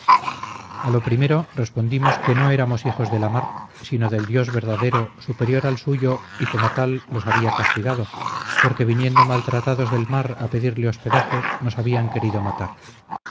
a lo primero respondimos que no éramos hijos de la mar sino del dios verdadero superior al suyo y como tal los había castigado porque viniendo maltratados del mar a pedirle hospedaje nos habían querido matar